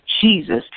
Jesus